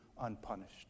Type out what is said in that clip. unpunished